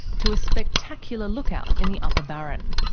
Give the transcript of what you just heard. to a spectacular lookout in the upper barron.